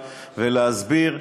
ולהסביר,